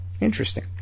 Interesting